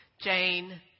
Jane